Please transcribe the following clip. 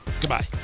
Goodbye